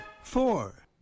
Four